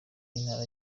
intara